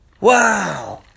Wow